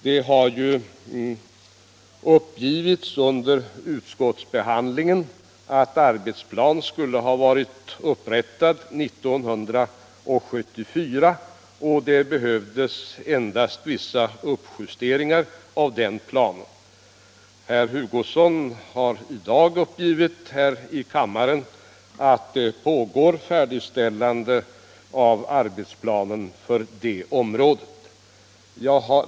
Det har ju uppgivits under utskottsbehandlingen att arbetsplan skulle ha varit upprättad år 1974 och att det behövdes endast vissa justeringar av planen. Herr Hugosson har i dag uppgivit att färdigställandet av arbetsplanen för området pågår.